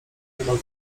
niemal